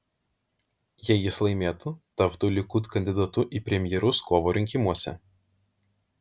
jei jis laimėtų taptų likud kandidatu į premjerus kovo rinkimuose